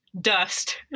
dust